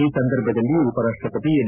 ಈ ಸಂದರ್ಭದಲ್ಲಿ ಉಪರಾಷ್ಟಪತಿ ಎಂ